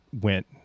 went